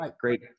Great